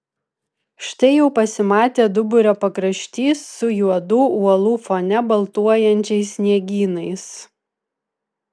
štai jau pasimatė duburio pakraštys su juodų uolų fone baltuojančiais sniegynais